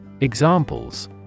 Examples